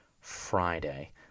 Friday